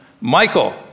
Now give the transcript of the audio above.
Michael